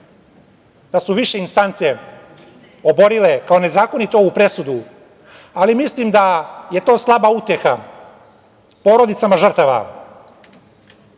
da su više instance oborile kao nezakonitu ovu presudu, ali mislim da je to slaba uteha porodicama žrtava,